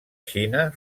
xina